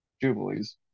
Jubilees